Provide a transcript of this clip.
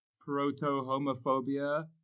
proto-homophobia